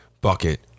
bucket